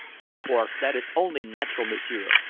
of course. that is only natural, m'sieur,